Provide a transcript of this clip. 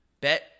bet